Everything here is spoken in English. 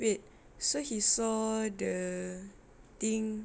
wait so he saw the thing